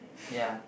ya